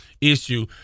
issue